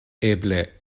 eble